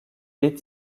est